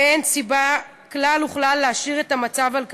ואין סיבה כלל וכלל להשאיר את המצב על כנו.